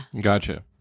Gotcha